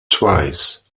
twice